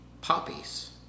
Poppies